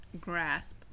grasp